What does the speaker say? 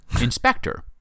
inspector